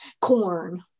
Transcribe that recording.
corn